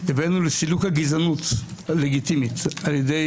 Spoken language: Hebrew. הבאנו לסילוק הגזענות הלגיטימית על-ידי